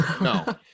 no